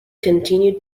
continued